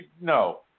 No